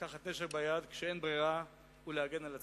לקחת נשק ביד כשאין ברירה ולהגן על עצמנו.